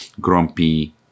grumpy